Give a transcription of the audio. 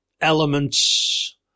elements